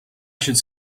should